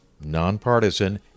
nonpartisan